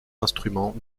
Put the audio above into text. instruments